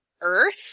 Earth